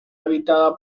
habitada